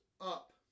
up